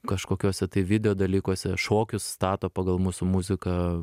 kažkokiuose tai video dalykuose šokius stato pagal mūsų muziką